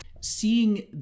Seeing